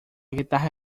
guitarra